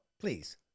please